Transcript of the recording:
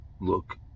look